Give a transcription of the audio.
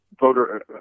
voter